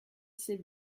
c’est